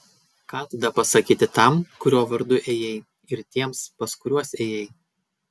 ką tada pasakyti tam kurio vardu ėjai ir tiems pas kuriuos ėjai